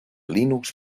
linux